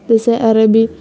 جیسے عربی